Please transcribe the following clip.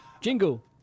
Jingle